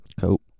Cool